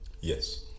Yes